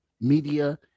media